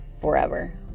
forever